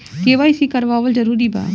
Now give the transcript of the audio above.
KYC करवावल जरूरी बा?